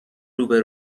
روبه